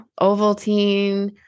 Ovaltine